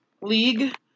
League